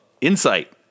Insight